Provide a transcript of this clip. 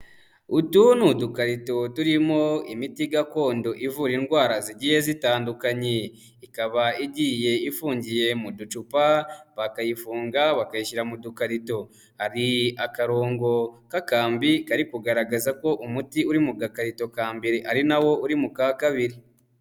Utu ni udukarito turimo imiti gakondo ivura indwara zigiye zitandukanye, ikaba igiye ifungiye mu ducupa, bakayifunga bakayishyira mu dukarito, hari akarongo k'akambi kari kugaragaza ko umuti uri mu gakarito ka mbere ari na wo uri mu ka kabiri.